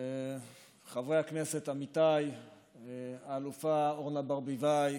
חברי הכנסת עמיתיי האלופה אורנה ברביבאי